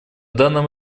данном